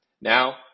Now